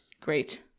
great